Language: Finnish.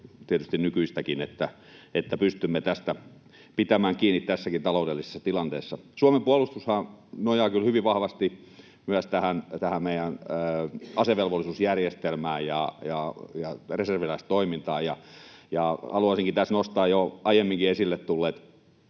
tietysti nykyistäkin siitä, että pystymme tästä pitämään kiinni tässäkin taloudellisessa tilanteessa. Suomen puolustushan nojaa kyllä hyvin vahvasti myös tähän meidän asevelvollisuusjärjestelmään ja reserviläistoimintaan. Haluaisinkin tässä nostaa jo aiemminkin esille tulleet